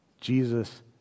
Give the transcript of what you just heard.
Jesus